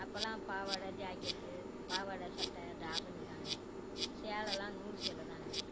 அப்போலாம் பாவாடை ஜாக்கெட்டு பாவாடை சட்டை தாவணிதாங்க சேலைலாம் நூல் சேலைதாங்க